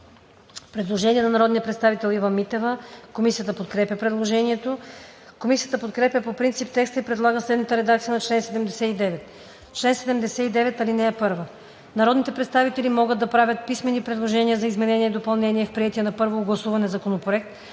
Предложение на народния представител Ива Митева. Комисията подкрепя предложението. Комисията подкрепя по принцип текста и предлага следната редакция на чл. 79: „Чл. 79. (1) Народните представители могат да правят писмени предложения за изменения и допълнения в приетия на първо гласуване законопроект